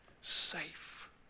safe